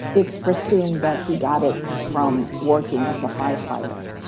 it's assumed that he got it from working as a firefighter.